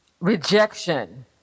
rejection